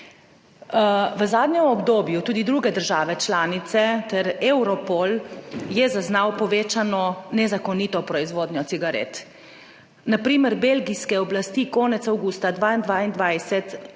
V zadnjem obdobju so tudi druge države članice ter Europol zaznali povečano nezakonito proizvodnjo cigaret. Na primer, belgijske oblasti so konec avgusta 2022 zasegle